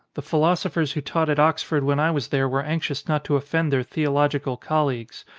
the philosophers who taught at oxford when i was there were anxious not to offend their theological colleagues.